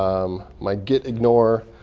um my gitignore.